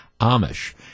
Amish